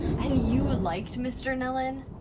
and you liked mr. nellen?